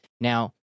Now